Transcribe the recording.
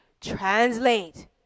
Translate